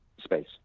Space